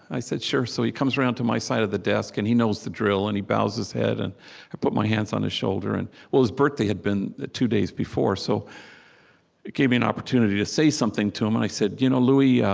i said, sure. so he comes around to my side of the desk, and he knows the drill, and he bows his head, and i put my hands on his shoulder well, his birthday had been two days before, so it gave me an opportunity to say something to him. and i said, you know, louie, yeah